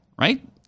right